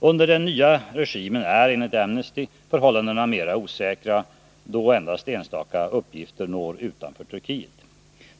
Under den nya regimen är, enligt Amnesty, förhållandena mera osäkra, då endast enstaka uppgifter når utanför Turkiet.